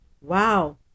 Wow